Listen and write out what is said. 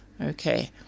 Okay